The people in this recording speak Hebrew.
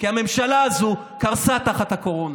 כי הממשלה הזאת קרסה תחת הקורונה.